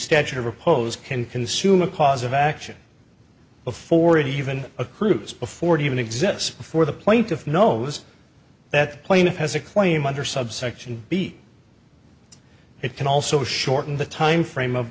stature of repose can consume a cause of action before it even a cruise before it even exists before the plaintiff knows that plaintiff has a claim under subsection b it can also shorten the time frame of